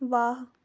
ਵਾਹ